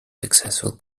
successful